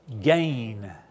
gain